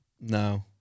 no